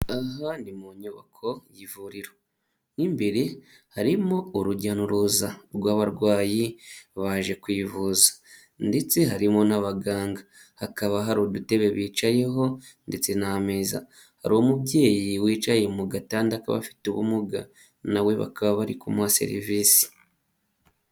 Aha mu nyubako y'ivuriro mo imbere harimo urujya n'uruza rw'abarwayi baje kwivuza ndetse harimo n'abaganga, hakaba hari ududebe bicayeho ndetse n'amezaeza hari umubyeyi wicaye mu gatanda k'abafite ubumuga, nawe bakaba bari kumuha serivisi.